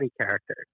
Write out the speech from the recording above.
character